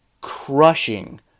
crushing